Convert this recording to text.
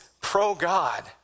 pro-God